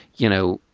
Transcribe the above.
you know,